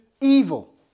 evil